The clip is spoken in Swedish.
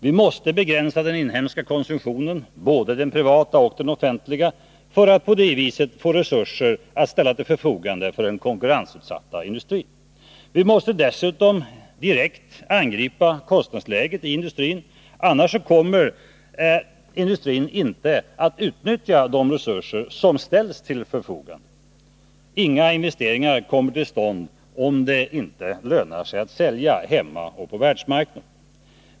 Vi måste begränsa den inhemska konsumtionen, både den privata och den offentliga, för att på det sättet få resurser att ställa till förfogande för den konkurrensutsatta industrin. Vi måste dessutom direkt angripa kostnadsläget i industrin, annars kommer industrin inte att kunna utnyttja de resurser som ställs till förfogande. Inga investeringar kommer till stånd, om det inte lönar sig att sälja hemma och på världsmarknaden.